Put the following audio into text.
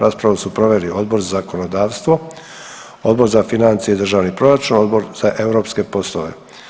Raspravu su proveli Odbor za zakonodavstvo, Odbor za financije i državni proračun, Odbor za europske poslove.